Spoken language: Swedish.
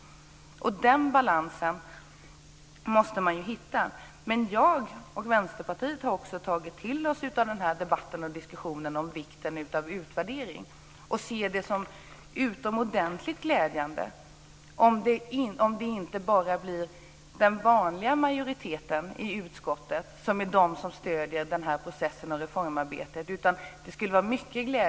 Den balansen måste man hitta. Jag och Vänsterpartiet har tagit till oss debatten och diskussionen om vikten av utvärdering. Vi ser det som utomordentligt glädjande om det inte bara blir den vanliga majoriteten i utskottet utan flera partier som stöder det här reformarbetet.